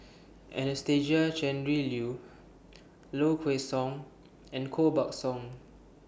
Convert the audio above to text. Anastasia Tjendri Liew Low Kway Song and Koh Buck Song